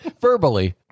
verbally